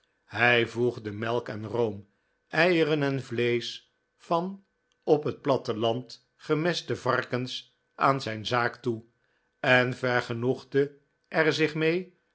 hij voegde melk en room eieren en vleesch van op het platteland gemeste varkens aan zijn zaak toe en vergenoegde er zich mee